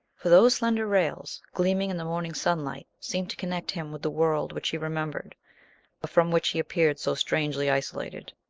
for those slender rails, gleaming in the morning sunlight, seemed to connect him with the world which he remembered, but from which he appeared so strangely isolated.